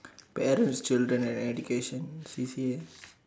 parents children and education C_C_A